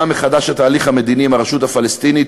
מחדש התהליך המדיני עם הרשות הפלסטינית,